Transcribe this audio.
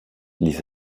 ließ